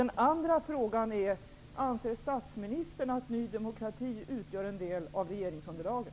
Den andra frågan är: Anser statsministern att Ny demokrati utgör en del av regeringsunderlaget?